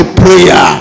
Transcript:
prayer